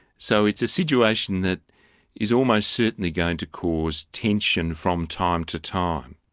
so it's a situation that is almost certainly going to cause tension from time to time.